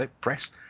press